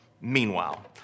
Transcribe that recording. meanwhile